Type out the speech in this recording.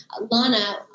Lana